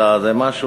אלא זה משהו,